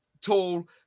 tall